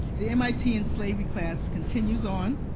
the mit and slavery class continues on,